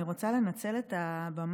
אני רוצה לנצל את הבמה,